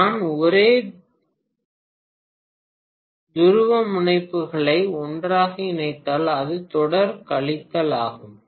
நான் ஒரே துருவமுனைப்புகளை ஒன்றாக இணைத்தால் அது தொடர் கழித்தல் ஆகும்